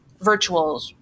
virtuals